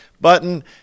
button